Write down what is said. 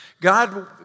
God